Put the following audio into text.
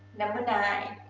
number nine.